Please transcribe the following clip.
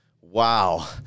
wow